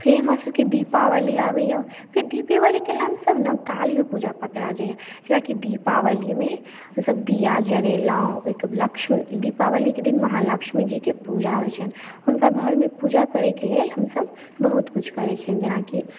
फेर हमरासभके दीपावली आबैए फेर दीपावलीएके लमसम ने तऽ कालिओ पूजा पकड़ा जाइए जेकि दीपावलीमे हमसभ दिया जरेलहुँ ओहिके लक्ष दीपावलीके दिन महलक्ष्मीजीके पूजा होइत छनि हुनका घरमे पूजा करयके लेल हमसभ बहुत किछु करैत छियनि जेनाकि